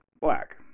black